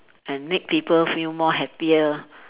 and make people feel more happier